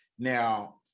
Now